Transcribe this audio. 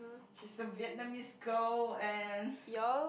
she's a Vietnamese girl and